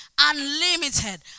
unlimited